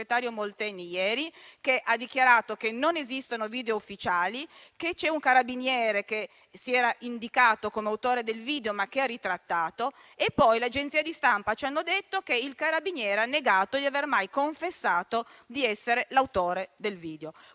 sottosegretario Molteni ieri, che ha dichiarato che non esistono video ufficiali, che c'è un carabiniere che si era indicato come autore del video, ma che ha ritrattato; e poi le agenzie di stampa ci hanno detto che il carabiniere ha negato di aver mai confessato di essere l'autore del video.